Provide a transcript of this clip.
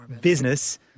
business